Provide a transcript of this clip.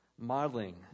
modeling